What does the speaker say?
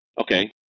Okay